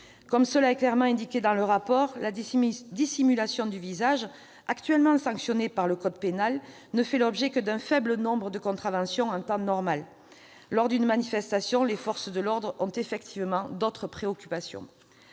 Comme cela est clairement indiqué dans le rapport, la dissimulation du visage, actuellement sanctionnée par le code pénal, ne fait l'objet que d'un faible nombre de contraventions en temps normal. Lors d'une manifestation, les forces de l'ordre ont effectivement d'autres préoccupations.